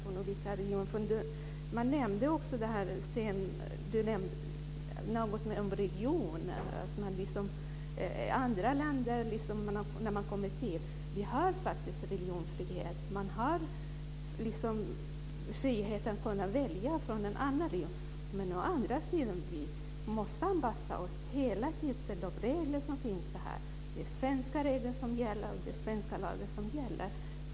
Vi har faktiskt religionsfrihet, och man har frihet att välja att träffa någon som har en annan religion. Å andra sidan måste vi hela tiden anpassa oss till de regler som finns här. Det är svenska lagar och svenska regler som gäller.